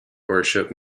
worship